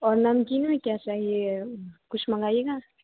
और नमकीन में क्या चाहिए कुछ मंगाइएगा